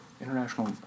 international